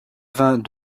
vingts